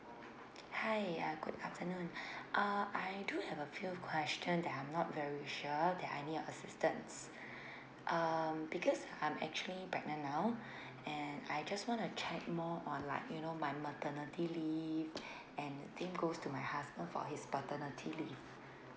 hi uh good afternoon uh I do have a few question that I'm not very sure that I need your assistance um because I'm actually pregnant now and I just wanna check more on like you know my maternity leave and same goes to my husband for his paternity leave